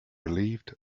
relieved